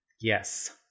Yes